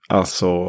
alltså